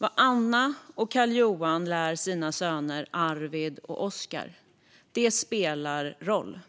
Vad Anna och Carl-Johan lär sina söner Arvid och Oscar spelar roll,